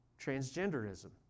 transgenderism